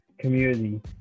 community